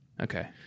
Okay